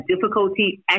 difficulty